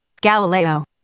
Galileo